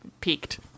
peaked